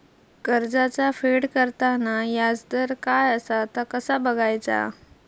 कर्जाचा फेड करताना याजदर काय असा ता कसा बगायचा?